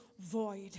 void